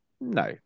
No